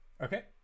Okay